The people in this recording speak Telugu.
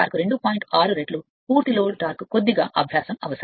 6 రెట్లు పూర్తి లోడ్ టార్క్ కొద్దిగా అభ్యాసం అవసరం